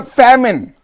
famine